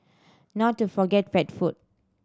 not to forget pet food